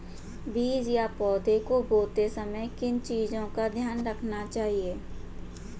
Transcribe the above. बीज या पौधे को बोते समय किन चीज़ों का ध्यान रखना चाहिए?